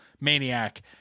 maniac